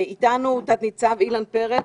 איתנו נמצא תת ניצב אילן פרץ.